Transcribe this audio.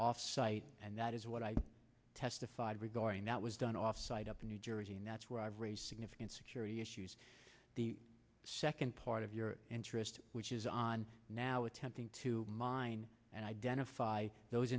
offsite and that is what i testified regarding that was done offsite up in new jersey and that's where i've raised significant security issues the second part of your interest which is on now attempting to mine and identify those